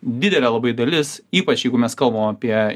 didelė labai dalis ypač jeigu mes kalbam apie